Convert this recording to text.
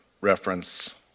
reference